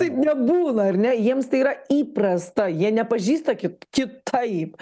taip nebūna ar ne jiems tai yra įprasta jie nepažįsta kit kitaip